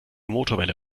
motorwelle